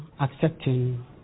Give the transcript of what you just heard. accepting